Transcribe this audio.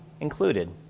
included